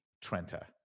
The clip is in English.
Trenta